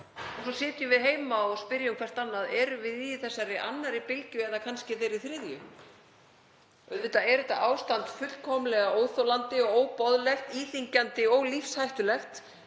Svo sitjum við heima og spyrjum hvert annað: Erum við í þessari annarri bylgju eða kannski þeirri þriðju? Auðvitað er þetta ástand fullkomlega óþolandi og óboðlegt, íþyngjandi og lífshættulegt,